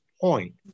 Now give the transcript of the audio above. point